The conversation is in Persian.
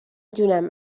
دونم